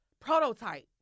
prototype